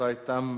נתקבלה.